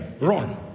Run